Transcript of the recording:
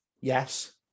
Yes